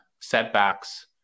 setbacks